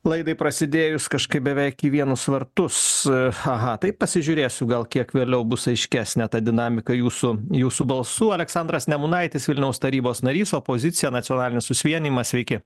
laidai prasidėjus kažkaip beveik į vienus vartus aha taip pasižiūrėsiu gal kiek vėliau bus aiškesnė ta dinamika jūsų jūsų balsų aleksandras nemunaitis vilniaus tarybos narys opozicija nacionalinis susivienijimas sveiki